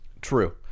True